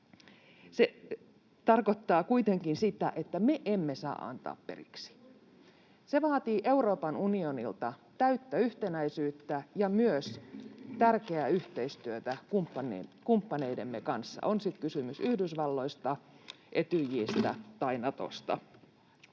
Se tarkoittaa kuitenkin sitä, että me emme saa antaa periksi. Se vaatii Euroopan unionilta täyttä yhtenäisyyttä ja myös tärkeää yhteistyötä kumppaneidemme kanssa, on sitten kysymys Yhdysvalloista, Etyjistä tai Natosta.